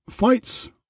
FIGHTS